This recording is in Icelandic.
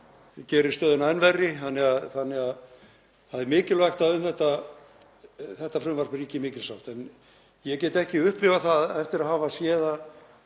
gerir stöðuna enn verri þannig að það er mikilvægt að um þetta frumvarp ríki mikil sátt. En ég upplifi það ekki eftir að hafa séð